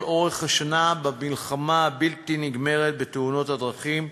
אורך השנה במלחמה הבלתי-נגמרת בתאונות הדרכים.